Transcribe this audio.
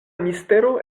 mistero